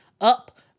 up